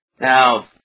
Now